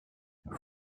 and